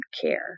care